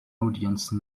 audience